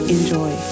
Enjoy